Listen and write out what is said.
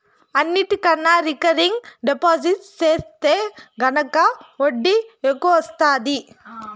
అన్నిటికన్నా recurring deposit సెత్తే గనక ఒడ్డీ ఎక్కవొస్తాది